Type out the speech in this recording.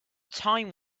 time